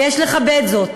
ויש לכבד זאת.